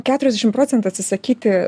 keturiasdešim procentų atsisakyti